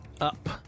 up